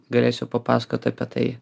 galėsiu papasakot apie tai